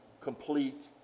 Complete